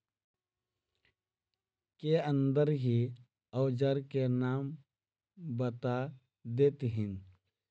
के अंदर ही औजार के नाम बता देतहिन?